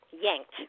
yanked